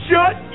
Shut